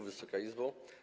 Wysoka Izbo!